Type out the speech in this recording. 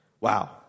wow